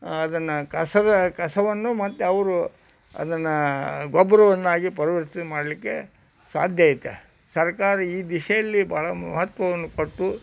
ಅದನ್ನು ಕಸದ ಕಸವನ್ನು ಮತ್ತೆ ಅವರು ಅದನ್ನು ಗೊಬ್ಬರವನ್ನಾಗಿ ಪರಿವರ್ತನೆ ಮಾಡಲಿಕ್ಕೆ ಸಾಧ್ಯ ಐತೆ ಸರಕಾರ ಈ ದಿಸೆಯಲ್ಲಿ ಬಾಳ ಮಹತ್ವವನ್ನು ಕೊಟ್ಟು